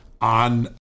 on